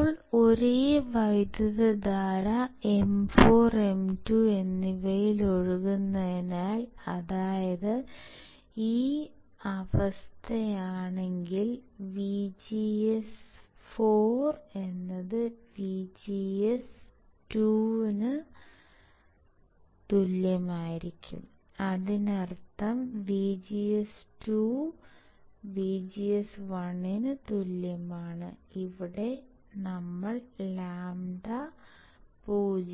ഇപ്പോൾ ഒരേ വൈദ്യുതധാര M4 M2 എന്നിവയിൽ ഒഴുകുന്നതിനാൽ അതായത് ഈ അവസ്ഥയാണെങ്കിൽ VGS4 VGS2 അതിനർത്ഥം VDS2 VDS1 ഇവിടെ നമ്മൾ λ 0